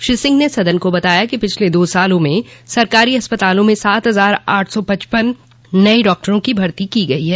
श्री सिंह ने सदन को बताया कि पिछले दो सालों में सरकारी अस्पतालों में सात हजार आठ सौ पचपन नये डॉक्टरों की भर्ती की गई है